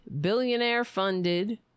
billionaire-funded